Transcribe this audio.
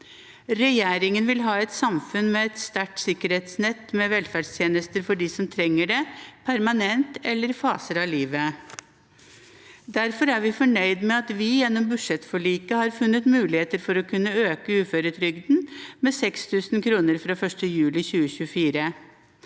Regjeringen vil ha et samfunn med et sterkt sikkerhetsnett med velferdstjenester for dem som trenger det, permanent eller i faser av livet. Derfor er vi fornøyd med at vi gjennom budsjettforliket har funnet muligheter for å kunne øke uføretrygden med 6 000 kr fra 1. juli 2024.